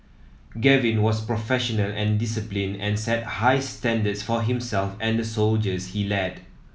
Gavin was professional and disciplined and set high standards for himself and the soldiers he led